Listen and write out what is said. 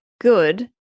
good